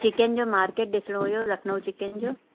chicken जो market ॾिसिणो हुओ लखनऊ चिकिन जो